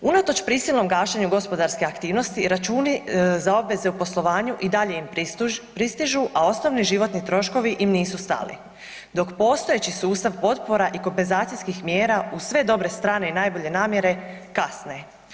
Unatoč prisilnom gašenju gospodarske aktivnosti računi za obveze u poslovanju i dalje im pristižu, a osnovni životni troškovi im nisu stali, dok postojeći sustav potpora i kompenzacijskih mjera uz sve dobre strane i najbolje namjere kasne.